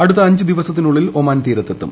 അടുത്ത അഞ്ച് ദിവസത്തിനുള്ളിൽ ഒമാൻ തീരത്തെത്തും